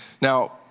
Now